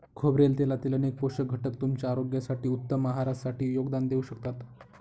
खोबरेल तेलातील अनेक पोषक घटक तुमच्या आरोग्यासाठी, उत्तम आहारासाठी योगदान देऊ शकतात